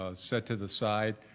ah set to the side